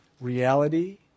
reality